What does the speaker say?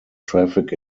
traffic